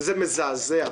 זה מזעזע,